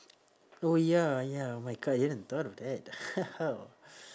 oh ya ya oh my god you even thought of that